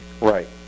Right